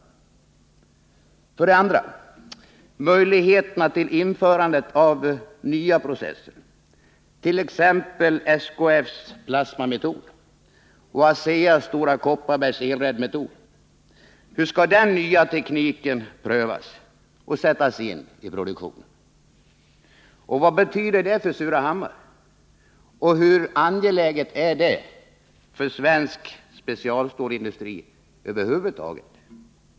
18 april 1980 För det andra: Möjligheterna till införandet av nya processer, t.ex. SKF:s plasmametod och ASEA-Stora Kopparbergs elredmetod. Hur skall den nya tekniken prövas och sättas in i produktionen? Vad betyder det för Surahammar? Och hur angeläget är det för svensk specialstålsindustri över huvud taget?